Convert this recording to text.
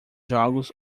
jogos